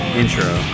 intro